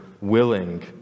willing